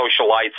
socialites